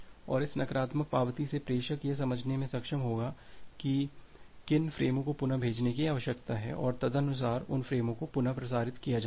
और इस नकारात्मक पावती से प्रेषक यह समझने में सक्षम होगा कि किन फ़्रेमों को पुनः भेजने की आवश्यकता है और तदनुसार उन फ़्रेमों को पुनः प्रसारित किया जा रहा है